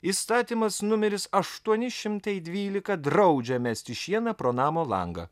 įstatymas numeris aštuoni šimtai dvylika draudžia mesti šieną pro namo langą